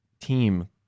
team